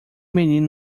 menino